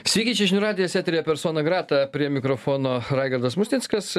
sveiki čia žinių radijas eteryje persona grata prie mikrofono raigardas musnickas